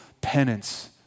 penance